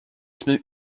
this